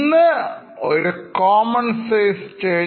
ഇന്ന് നാം ഒരു common size statement